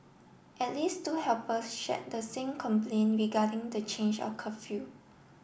at least two helpers shared the same complain regarding the change of curfew